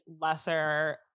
lesser